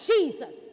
Jesus